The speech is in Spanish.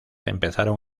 empezaron